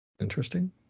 Interesting